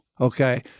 okay